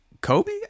Kobe